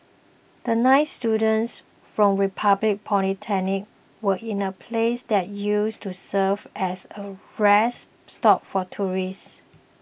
the nine students from Republic Polytechnic were in a place that used to serve as a rest stop for tourists